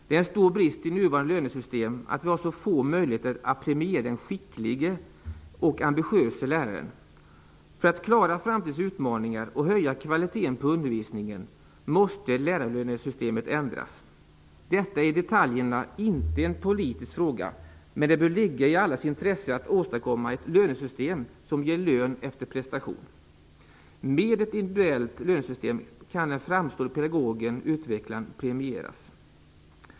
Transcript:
Det är en stor brist i nuvarande lönesystem att vi har så få möjligheter att premiera den skicklige och ambitiöse läraren. För att klara framtidens utmaningar och höja kvaliteten på undervisningen måste lärarlönesystemet ändras. Detta är i detaljerna inte en politisk fråga. Men det bör ligga i allas intresse att åstadkomma ett lönesystem som ger lön efter prestation. Med ett individuellt lönesystem kan den framstående pedagogen eller utvecklaren premieras.